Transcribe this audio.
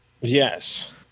Yes